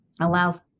allows